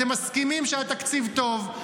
אתם מסכימים שהתקציב טוב,